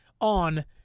on